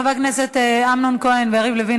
חברי הכנסת אמנון ויריב לוין,